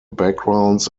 backgrounds